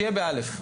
שיהיה ב-א'.